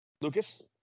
Lucas